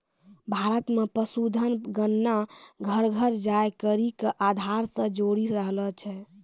भारत मे पशुधन गणना घर घर जाय करि के आधार से जोरी रहलो छै